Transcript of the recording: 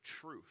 truth